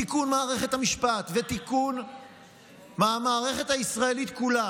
תיקון מערכת המשפט ותיקון המערכת הישראלית כולה